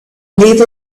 leave